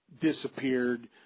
disappeared